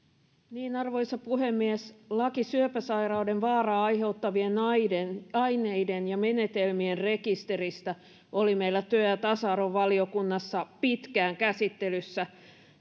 arvoisa puhemies laki syöpäsairauden vaaraa aiheuttavien aineiden aineiden ja menetelmien rekisteristä oli meillä työ ja tasa arvovaliokunnassa pitkään käsittelyssä